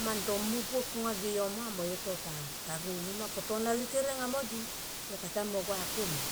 Man to mu buop tonga ge yo ma mo yo tota ruru ma ko tona likere anga mo di yo kata mui mo gua komun